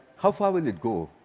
how far will it go?